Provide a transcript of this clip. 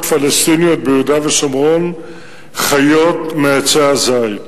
פלסטיניות ביהודה ושומרון חיות מעצי הזית.